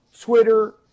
Twitter